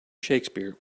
shakespeare